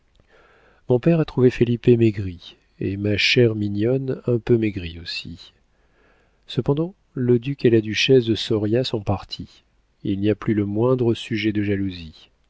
mon père a trouvé felipe maigri et ma chère mignonne un peu maigrie aussi cependant le duc et la duchesse de soria sont partis il n'y a plus le moindre sujet de jalousie